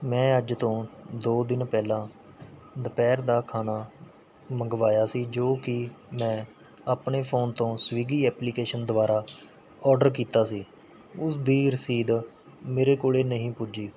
ਮੈਂ ਅੱਜ ਤੋਂ ਦੋ ਦਿਨ ਪਹਿਲਾਂ ਦੁਪਹਿਰ ਦਾ ਖਾਣਾ ਮੰਗਵਾਇਆ ਸੀ ਜੋ ਕਿ ਮੈਂ ਆਪਣੇ ਫ਼ੋਨ ਤੋਂ ਸਵਿਗੀ ਐਪਲੀਕੇਸ਼ਨ ਦੁਆਰਾ ਆਰਡਰ ਕੀਤਾ ਸੀ ਉਸਦੀ ਰਸੀਦ ਮੇਰੇ ਕੋਲ ਨਹੀਂ ਪੁੱਜੀ